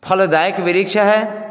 फलदायक वृक्ष है